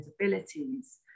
abilities